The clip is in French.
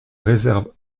réserve